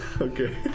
Okay